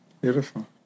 Beautiful